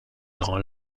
grands